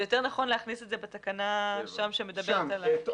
יהיה יותר נכון להכניס את זה בתקנה שמדברת על זה.